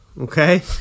okay